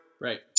Right